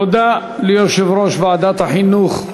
תודה ליושב-ראש ועדת החינוך,